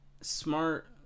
smart